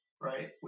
right